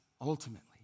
ultimately